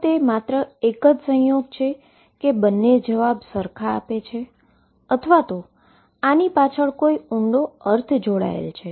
શું તે માત્ર એક જ સંયોગ છે કે બંને એક સરખા જવાબ આપે છે અથવા આની પાછળ કોઈ ઉંડો અર્થ જોડાયેલ છે